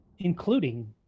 including